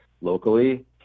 locally